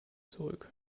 zurück